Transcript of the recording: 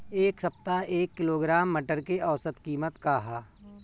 एक सप्ताह एक किलोग्राम मटर के औसत कीमत का ह?